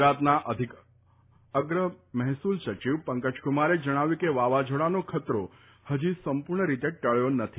ગુજરાતના અધિક અગ્ર મહેસુલ સચિવ પંકજ કુમારે જણાવ્યું છે કે વાવાઝોડાનો ખતરો હજી સંપૂર્ણ રીતે ટળ્યો નથી